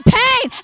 pain